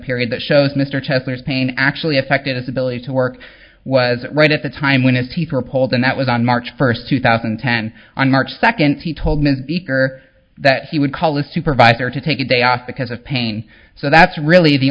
period that shows mr chester's pain actually affected his ability to work was right at the time when people are polled and that was on march first two thousand and ten on march second he told ms beaker that he would call a supervisor to take a day off because of pain so that's really the